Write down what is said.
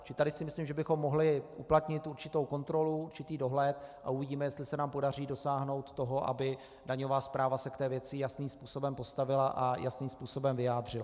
Čili tady si myslím, že bychom mohli uplatnit určitou kontrolu, určitý dohled, a uvidíme, jestli se nám podaří dosáhnout toho, aby se daňová správa k té věci jasným způsobem postavila a jasným způsobem vyjádřila.